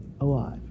alive